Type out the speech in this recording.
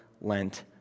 Lent